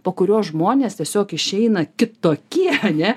po kurios žmonės tiesiog išeina kitokie ane